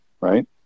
right